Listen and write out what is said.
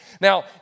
Now